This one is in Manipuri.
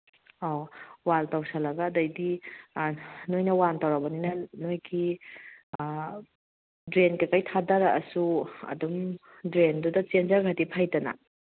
ꯑ ꯋꯥꯜ ꯇꯧꯁꯜꯂꯒ ꯑꯗꯒꯤꯗꯤ ꯅꯈꯣꯏꯅ ꯋꯥꯜ ꯇꯧꯔꯕꯅꯤꯅ ꯅꯈꯣꯏꯒꯤ ꯗ꯭ꯔꯦꯟ ꯀꯔꯤ ꯀꯔꯤ ꯊꯥꯗꯔꯛꯑꯁꯨ ꯑꯗꯨꯝ ꯗ꯭ꯔꯦꯟꯗ ꯆꯦꯟꯖꯈ꯭ꯔꯗꯤ ꯐꯩꯗꯅ